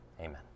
Amen